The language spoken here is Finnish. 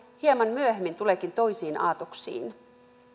hieman myöhemmin tuleekin toisiin aatoksiin